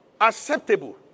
acceptable